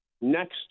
next